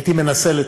הייתי מנסה לטפל,